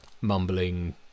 mumbling